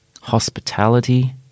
hospitality